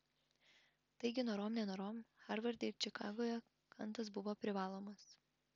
taigi norom nenorom harvarde ir čikagoje kantas buvo privalomas